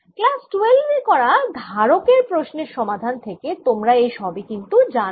class 12 এ করা ধারক এর প্রশ্নের সমাধান থেকে তোমরা এই সবই জানো